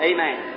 Amen